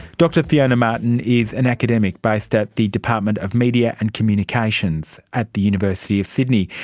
dr fiona martin is an academic based at the department of media and communications at the university of sydney.